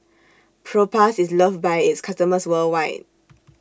Propass IS loved By its customers worldwide